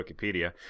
Wikipedia